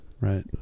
right